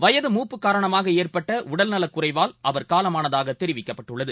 வயது மூப்பு காரணமாகஏற்பட்டஉடல் நலக்குறைவால் அவர் காலமானதாகதெரிவிக்கப்பட்டுள்ளது